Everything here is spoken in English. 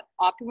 optimal